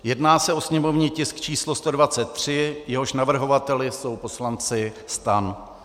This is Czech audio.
Jedná se o sněmovní tisk číslo 123, jehož navrhovateli jsou poslanci STAN.